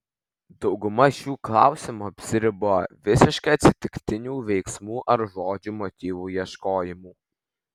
dauguma šių klausimų apsiriboja visiškai atsitiktinių veiksmų ar žodžių motyvų ieškojimu